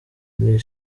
nti